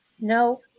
No